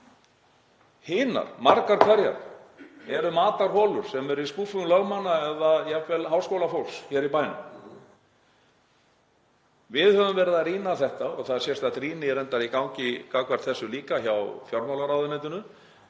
Hinar, margar hverjar, eru matarholur sem eru í skúffum lögmanna eða jafnvel háskólafólks hér í bænum. Við höfum verið að rýna þetta og það er sérstök rýni reyndar í gangi gagnvart þessu líka hjá fjármálaráðuneytinu,